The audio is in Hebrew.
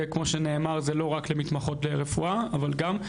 וכמו שנאמר זה לא רק למתמחות לרפואה, אבל גם.